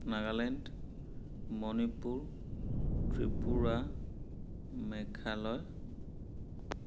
Nagaland Manipur Tripura Meghalaya